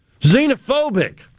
Xenophobic